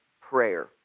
prayer